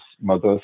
mothers